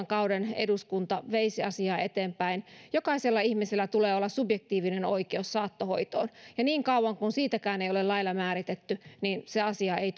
kauden eduskunta veisi asiaa eteenpäin jokaisella ihmisellä tulee olla subjektiivinen oikeus saattohoitoon ja niin kauan kuin sitäkään ei ole lailla määritetty se asia ei